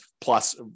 plus